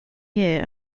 year